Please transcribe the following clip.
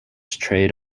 trade